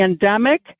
pandemic